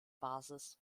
basis